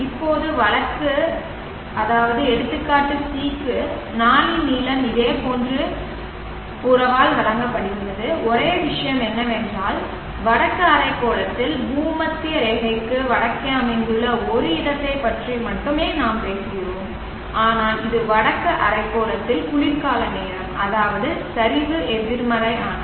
இப்போது வழக்கு c க்கு நாளின் நீளம் இதேபோன்ற உறவால் வழங்கப்படுகிறது ஒரே விஷயம் என்னவென்றால் வடக்கு அரைக்கோளத்தில் பூமத்திய ரேகைக்கு வடக்கே அமைந்துள்ள ஒரு இடத்தைப் பற்றி மட்டுமே பேசுகிறோம் ஆனால் இது வடக்கு அரைக்கோளத்தில் குளிர்கால நேரம் அதாவது சரிவு எதிர்மறையானது